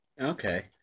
Okay